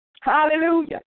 Hallelujah